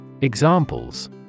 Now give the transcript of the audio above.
Examples